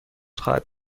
خواهد